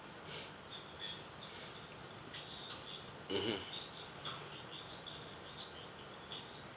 mmhmm